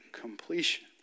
completion